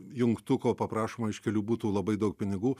jungtuko paprašoma iš kelių būtų labai daug pinigų